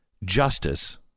justice